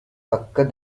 தக்க